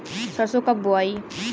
सरसो कब बोआई?